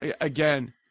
Again